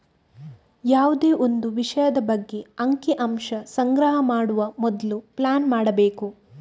ಯಾವುದೇ ಒಂದು ವಿಷಯದ ಬಗ್ಗೆ ಅಂಕಿ ಅಂಶ ಸಂಗ್ರಹ ಮಾಡುವ ಮೊದ್ಲು ಪ್ಲಾನ್ ಮಾಡ್ಬೇಕು